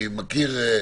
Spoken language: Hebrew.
אני מכיר,